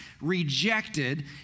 rejected